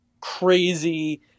crazy